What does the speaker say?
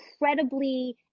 incredibly